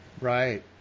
Right